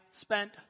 spent